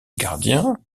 gardien